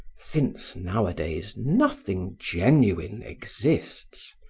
since, nowadays, nothing genuine exists,